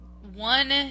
One